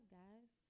guys